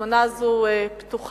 הזמנה זו פתוחה,